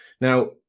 Now